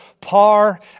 par